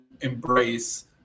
embrace